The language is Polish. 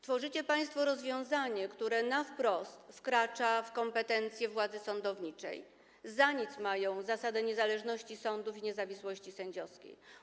Tworzycie państwo rozwiązanie, które wkracza wprost w kompetencje władzy sądowniczej, za nic mając zasadę niezależności sądów i niezawisłości sędziowskiej.